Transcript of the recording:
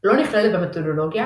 לא נכללת במתודולוגיה,